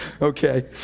Okay